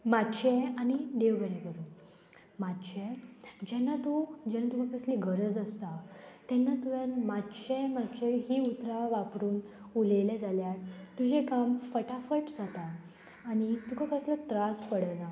मातशें आनी देव बरें करूं मातशें जेन्ना तूं जेन्ना तुका कसली गरज आसता तेन्ना तुवें मातशें मातशें हीं उतरां वापरून उलयलें जाल्यार तुजें काम फटाफट जाता आनी तुका कसलो त्रास पडना